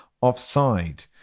offside